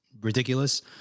ridiculous